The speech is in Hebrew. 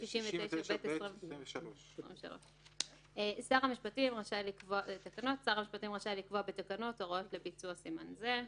התקנות 69ב23. שר המשפטים רשאי לקבוע בתקנות הוראות לביצוע סימן זה.